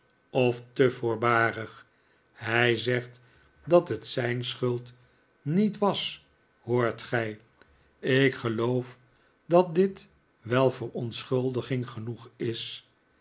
of te voorbarig hij zegt dat het zijn schuld niet was hoort gij ik geloof dat dit wel verontschuldiging genoeg is